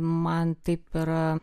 man taip ir